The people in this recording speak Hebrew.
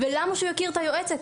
למה שהוא יכיר את היועצת?